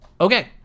Okay